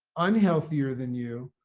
unhealthier than you?